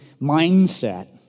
mindset